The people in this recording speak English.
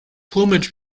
plumage